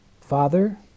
Father